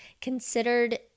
considered